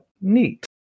neat